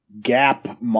gap